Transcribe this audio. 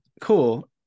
cool